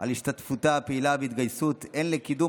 על השתתפותה הפעילה וההתגייסות הן לקידום